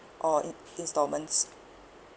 or in~ instalments